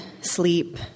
sleep